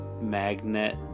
magnet